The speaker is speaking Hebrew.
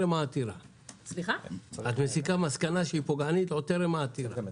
את מסיקה מסקנה שהיא פוגענית עוד טרם העתירה.